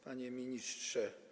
Panie Ministrze!